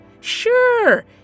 Sure